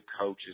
coaches